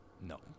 No